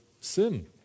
sin